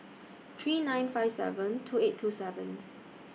three nine five seven two eight two seven